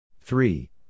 three